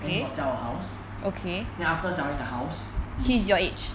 then got sell a house then after selling a house he